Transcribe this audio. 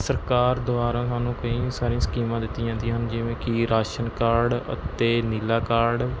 ਸਰਕਾਰ ਦੁਆਰਾ ਸਾਨੂੰ ਕਈ ਸਾਰੀਆ ਸਕੀਮਾਂ ਦਿੱਤੀਆ ਜਾਂਦੀਆ ਹਨ ਜਿਵੇਂ ਕਿ ਰਾਸ਼ਨ ਕਾਰਡ ਅਤੇ ਨੀਲਾ ਕਾਰਡ